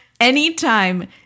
anytime